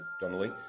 donnelly